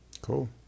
Cool